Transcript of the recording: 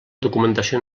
documentació